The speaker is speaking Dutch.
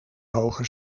hoger